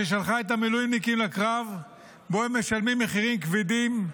ששלחה את המילואימניקים לקרב שבו הם משלמים מחירים כבדים,